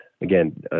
again